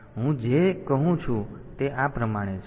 તો હું જે કહું છું તે આ પ્રમાણે છે